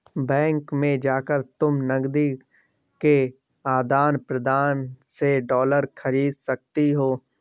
bank में जाकर तुम नकदी के आदान प्रदान से डॉलर खरीद सकती हो